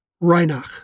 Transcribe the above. Reinach